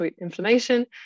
inflammation